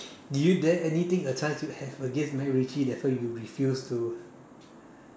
did you do you have anything a chance you have against macritchie that's why you refuse to